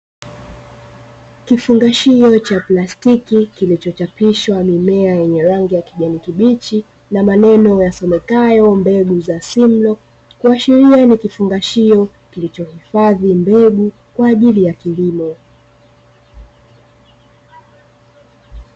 Kifungashio cha plastiki kilichochapishwa mimea yenye rangi ya kijani kibichi na maneno yasomekayo mbegu za simlo, kuashiria ni kifungashio kilichohifadhi mbegu kwa ajili ya kilimo.